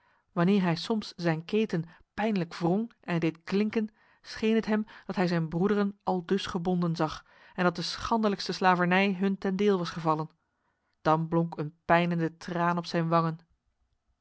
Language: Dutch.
wanneer hij soms zijn keten pijnlijk wrong en deed klinken scheen het hem dat hij zijn broederen aldus gebonden zag en dat de schandelijkste slavernij hun ten deel was gevallen dan blonk een pijnende traan op zijn